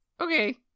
Okay